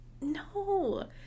No